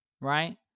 right